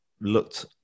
looked